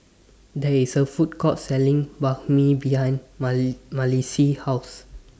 There IS A Food Court Selling Banh MI behind Mali Malissie's House